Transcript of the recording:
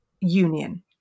union